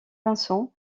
vincent